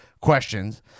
questions